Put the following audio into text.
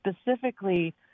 specifically